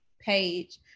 page